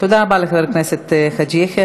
תודה רבה לחבר הכנסת חאג' יחיא.